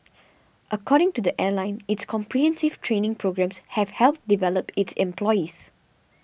according to the airline its comprehensive training programmes have helped develop its employees